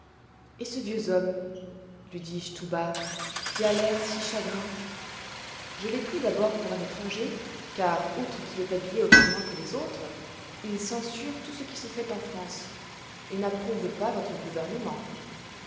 et ce vieux homme lui dis-je tout bas qui a l'air si chagrin je l'ai pris d'abord pour un étranger car outre qu'il est habillé autrement que les autres il censure tout ce qui se fait en france et n'approuve pas votre gouvernement